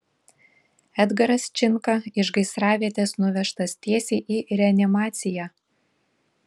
edgaras činka iš gaisravietės nuvežtas tiesiai į reanimaciją